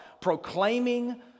Proclaiming